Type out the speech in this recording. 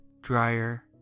dryer